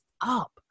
up